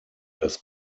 das